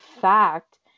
fact